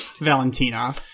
Valentina